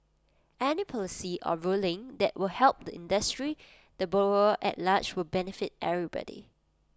any policy or ruling that will help the industry the borrower at large will benefit everybody